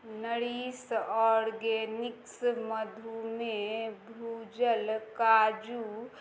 nourish Organics मधुमे भुजल काजू